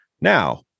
Now